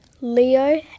Leo